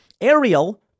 Ariel